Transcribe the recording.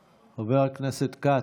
כץ,